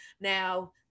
Now